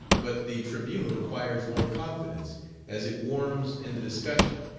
but the tribune acquires more confidence as it warms in the discussion,